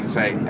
say